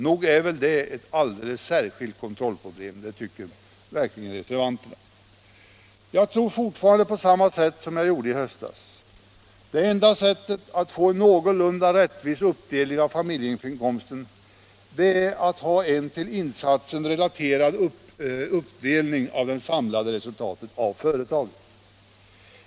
Nog är väl det ett alldeles särskilt kontrollproblem — det tycker verkligen reservanterna. Jag tror fortfarande på samma sätt som jag gjorde i höstas: det enda sättet att få en någorlunda rättvis uppdelning av familjeinkomsten är att ha en till insatsen relaterad uppdelning av företagets samlade resultat.